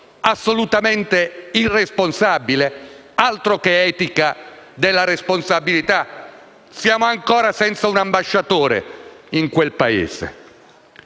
assolutamente irresponsabile? Altro che etica della responsabilità! Siamo ancora senza un ambasciatore al Cairo.